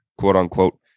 quote-unquote